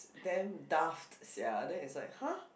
damn daft sia then it's like !huh!